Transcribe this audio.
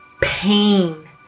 pain